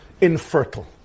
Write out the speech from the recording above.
infertile